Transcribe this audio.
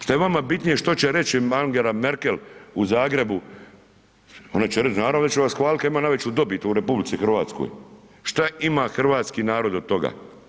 Što je vama bitnije što će reći Angela Merkel u Zagrebu, ona će reći, naravno da će vas hvaliti kad ima najveću dobit u RH, šta ima hrvatski narod od toga?